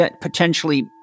potentially